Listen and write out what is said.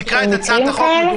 תקרא את הצעת החוק,